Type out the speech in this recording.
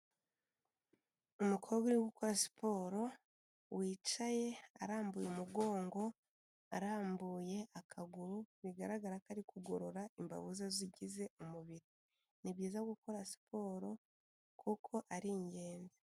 Umukobwa uri gukora siporo, wicaye arambuye umugongo, arambuye akaguru bigaragara ko ari kugorora imbavu ze zigize umubiri. Ni byiza gukora siporo kuko ari ingenzi.